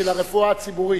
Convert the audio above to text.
הרפואה הציבורית.